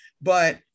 but-